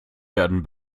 werden